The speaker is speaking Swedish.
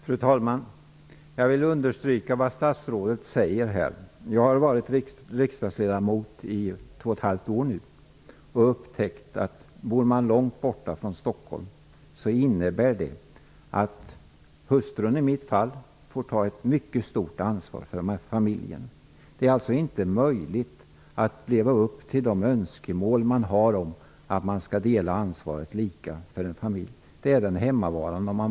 Fru talman! Jag vill understryka det som statsrådet sade. Jag har varit riksdagsledamot i två och ett halvt år nu. Jag har upptäckt att om man bor långt från Stockholm innebär det att hustrun, i mitt fall, får ta ett mycket stort ansvar för familjen. Det är alltså inte möjligt att leva upp till de önskemål som man har om att ansvaret för familjen skall delas lika.